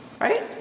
Right